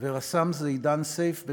ורס"מ זידאן סייף,